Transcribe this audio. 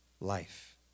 life